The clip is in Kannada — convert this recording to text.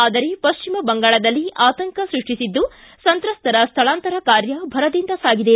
ಆದರೆ ಪಶ್ಚಿಮ ಬಂಗಾಳದಲ್ಲಿ ಆತಂಕ ಸೃಷ್ಷಿಸಿದ್ದು ಸಂತ್ರಸ್ತರ ಸ್ಥಳಾಂತರ ಕಾರ್ಯ ಭರದಿಂದ ಸಾಗಿದೆ